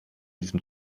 diesem